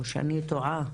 או שאני טועה?